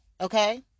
Okay